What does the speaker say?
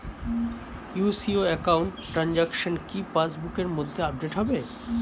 UCO account transaction কি pass বুকের মধ্যে আপডেট হবে?